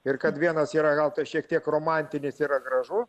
ir kad vienas yra gal šiek tiek romantinis yra gražu